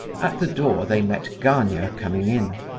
at the door they met gania coming in.